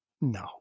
no